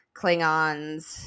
Klingons